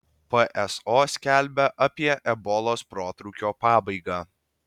pso skelbia apie ebolos protrūkio pabaigą